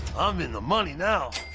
i'm in the money, now.